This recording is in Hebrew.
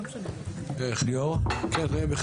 ליאור, בבקשה.